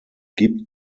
gibt